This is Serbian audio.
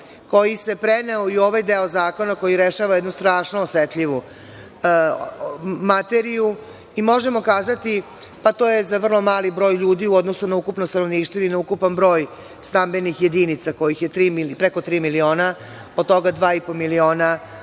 koji se preneo i u ovaj deo zakona koji rešava jednu strašno osetljivu materiju i možemo kazati – to je za vrlo mali broj ljudi u odnosu na ukupno stanovništvo ili na ukupan broj stambenih jedinica kojih je preko tri miliona, od toga dva i po